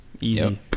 Easy